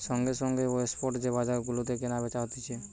সঙ্গে সঙ্গে ও স্পট যে বাজার গুলাতে কেনা বেচা হতিছে